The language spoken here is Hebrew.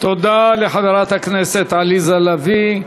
תודה לחברת הכנסת עליזה לביא.